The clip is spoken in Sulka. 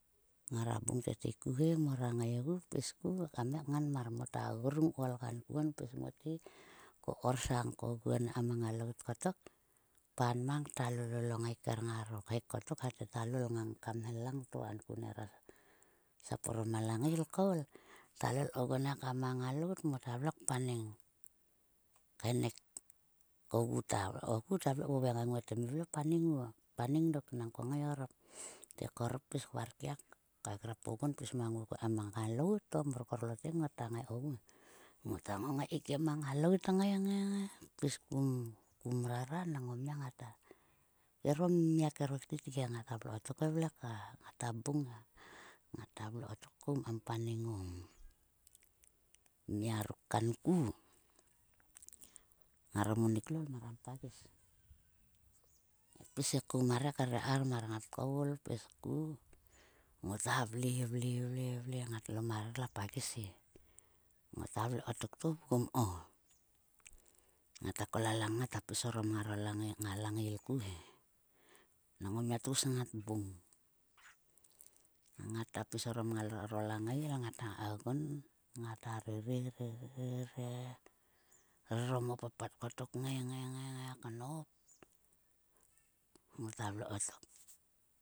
Ngara bung tete ku he, ngora ngaigu, pis ku kam ngai kngan mar. Mota gugrung koul kankuon pis mote. Ko korsang koguon ekam a ngalout kotok, paal mang ta lolol o ngaiker ngaro khek kotok. Thavai te ta lol ngang ka mhel langto kanku nera sap orom a langail koul. Ta lol koquon ekam a ngalout, mota vle kpaneng khenek tkogu ta vle kogu ta vle kvovoi ngang nguo te, me vle paneng nguo paneng dok nang ko ngai orop. Te korop pis varkia ka grap oguon pis mang nguo kuo ekam a ngalout. To mar korlotge ngota ngai kogu he. Ngota ngongai keikiem a ngailout kngai, ngai pis kum, kum mrara nang o mia ngata. Kero mia kero titge ngata vle kotok he vle ka ngata bung he. Ngata vle kotok koum kam panen o mia ruk kanku ngaro munik loul mar kam pagis. Ngat pis koum mar he krere kar mar. Ngat koul pis ku. Ngota vle, vle, vle ngatla marer la pagis e. Ngota vle kotok to vgum ko. Ngata kol a langail pis orom nga langail ku he. Nang o mia tgus ngat bung. Nang ngata pis orom ngaro langail, ngata ngai kogun ngata rere rere orom o papat kotok kngai ngai knop. Ngota vle kotok.